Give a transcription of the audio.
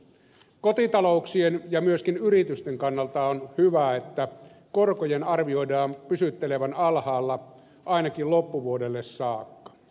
kotitalouksien ja myöskin yritysten kannalta on hyvä että korkojen arvioidaan pysyttelevän alhaalla ainakin loppuvuodelle saakka